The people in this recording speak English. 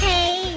Hey